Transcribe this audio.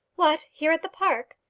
what, here at the park?